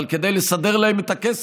אבל כדי לסדר להם את הכסף,